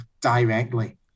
directly